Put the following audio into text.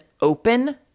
open